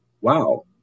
wow